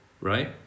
right